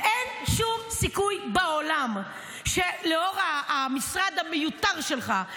אין שום סיכוי בעולם שלאור המשרד המיותר שלך,